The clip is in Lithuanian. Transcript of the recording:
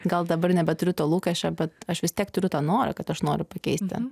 gal dabar nebeturiu to lūkesčio bet aš vis tiek turiu tą norą kad aš noriu pakeisti